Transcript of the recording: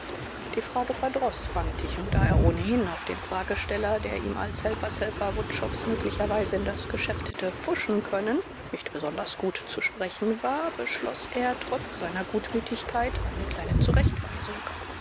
die frage verdroß fantig und da er ohnehin auf den fragesteller der ihm als helfershelfer wutschows möglicherweise in das geschäft hätte pfuschen können nicht besonders gut zu sprechen war beschloß er trotz seiner gutmütigkeit eine kleine zurechtweisung